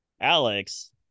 Alex